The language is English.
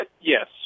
Yes